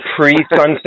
pre-Sunset